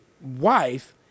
wife